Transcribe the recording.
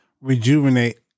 rejuvenate